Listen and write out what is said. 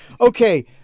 Okay